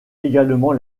également